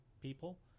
people